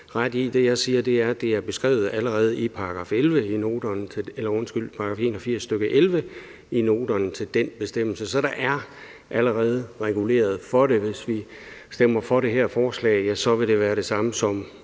ret i. Det, jeg siger, er, at det er beskrevet allerede i § 81, nr. 11, i noterne til den bestemmelse. Så der er allerede reguleret for det. Hvis vi stemmer for det her forslag, så ville det være det samme som